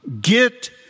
get